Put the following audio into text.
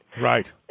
Right